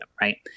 Right